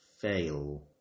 Fail